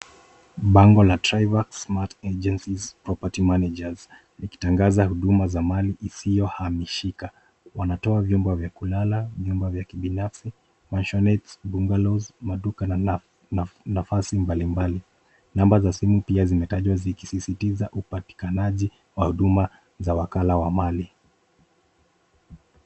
Bango la TRIVAY SMAT AGENCIES PROPERTY MANAGERS likitangaza huduma za mali isiyohamishika wanatoa vyumba vya kulala ,vyumba vya kibinafsi, maisonattes , bungalows ,maduka na nafasi mbalimbali. Naumber za simu pia zimetanjwa zikisisitiza upatikanaji wa huduma za wakala wa mali.